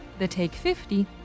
thetake50